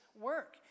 work